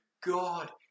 God